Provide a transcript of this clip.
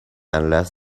unless